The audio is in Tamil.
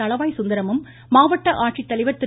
தளவாய் சுந்தரமும் மாவட்ட ஆட்சித்தலைவர் திரு